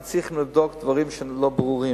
אנחנו צריכים לבדוק דברים שהם לא ברורים.